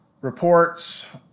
reports